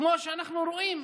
כמו שאנחנו רואים,